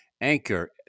Anchor